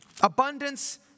Abundance